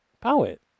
Poet